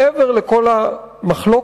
מעבר לכל המחלוקת